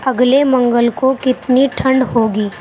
اگلے منگل کو کتنی ٹھنڈ ہوگی